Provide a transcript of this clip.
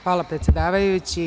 Hvala, predsedavajući.